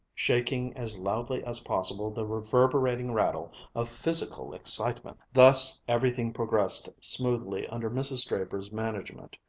shaking as loudly as possible the reverberating rattle of physical excitement. thus everything progressed smoothly under mrs. draper's management.